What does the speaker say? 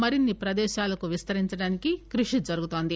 మరిన్సి ప్రదేశాలకు విస్తరించడానికి కృషి జరుగుతుంది